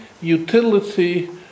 utility